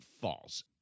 false